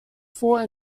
thought